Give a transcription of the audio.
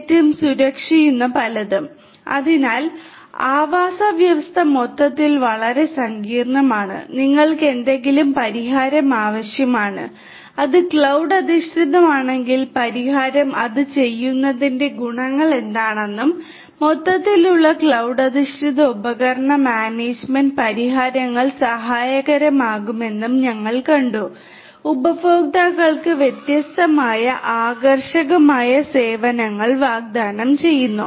തെറ്റും സുരക്ഷയും അങ്ങനെ പലതും അതിനാൽ ആവാസവ്യവസ്ഥ മൊത്തത്തിൽ വളരെ സങ്കീർണമാണ് നിങ്ങൾക്ക് എന്തെങ്കിലും പരിഹാരം ആവശ്യമാണ് അത് ക്ലൌഡ് അധിഷ്ഠിതമാണെങ്കിൽ പരിഹാരം അത് ചെയ്യുന്നതിന്റെ ഗുണങ്ങൾ എന്താണെന്നും മൊത്തത്തിലുള്ള ക്ലൌഡ് അധിഷ്ഠിത ഉപകരണ മാനേജുമെന്റ് പരിഹാരങ്ങൾ സഹായകരമാകുമെന്നും ഞങ്ങൾ കണ്ടു ഉപഭോക്താക്കൾക്ക് വ്യത്യസ്തമായ ആകർഷകമായ സേവനങ്ങൾ വാഗ്ദാനം ചെയ്യുന്നു